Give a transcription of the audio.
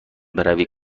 بروی